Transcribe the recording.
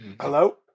Hello